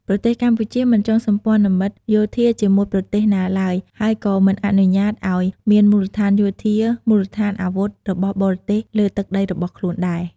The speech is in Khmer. ប្រទេសកម្ពុជាមិនចងសម្ព័ន្ធមិត្តយោធាជាមួយប្រទេសណាឡើយ ហើយក៏មិនអនុញ្ញាតឱ្យ មានមូលដ្ឋានយោធាមូលដ្ឋានអាវុធរបស់បរទេសលើទឹកដីរបស់ខ្លួនដែរ។